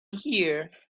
here